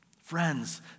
Friends